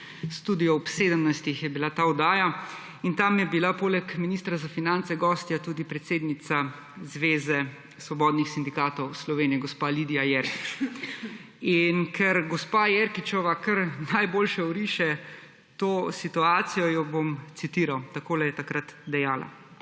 Studio ob 17.00 je bila ta oddaja, in tam je bila poleg ministra za finance gostja tudi predsednica Zveze svobodnih sindikatov Slovenije gospa Lidija Jerkič. In ker gospa Jerkičeva kar najboljše oriše to situacijo, jo bom citiral. Takole je takrat dejala: